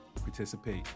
Participate